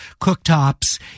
cooktops